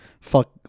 fuck